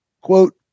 Quote